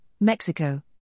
Mexico